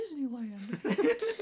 Disneyland